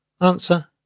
Answer